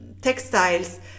textiles